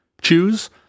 choose